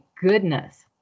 goodness